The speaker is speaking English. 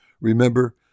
Remember